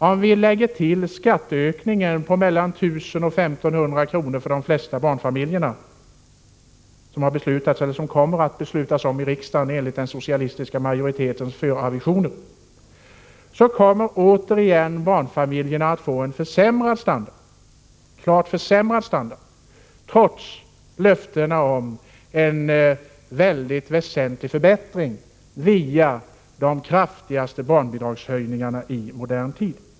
Om vi lägger till skatteökningarna på mellan 1 000 kr. och 1 500 kr. för de flesta barnfamiljer som man beslutat om eller som man kommer att besluta om i riksdagen enligt den socialistiska majoritetens avisering, kommer återigen barnfamiljerna att få en klart försämrad standard, trots löftena om en mycket väsentlig förbättring genom de kraftigaste barnbidragshöjningarna i modern tid.